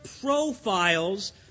profiles